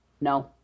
no